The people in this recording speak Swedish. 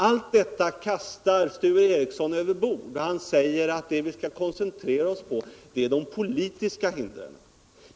Allt detta kastar Sture Ericson överbord. Han säger att det vi skall koncentrera oss på är de politiska hindren.